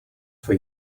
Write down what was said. for